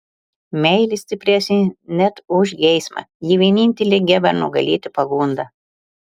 meilė stipresnė net už geismą ji vienintelė geba nugalėti pagundą